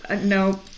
No